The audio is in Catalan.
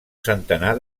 centenar